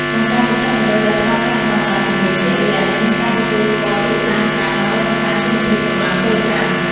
បង្កើតមជ្ឈមណ្ឌលដែលផ្តល់ការបណ្តុះបណ្តាលជំនាញជាក់លាក់ និងមានការទទួលស្គាល់ពីឧស្សាហកម្ម ដើម្បីបង្កើនគុណភាពកម្លាំងពលកម្ម។